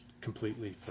completely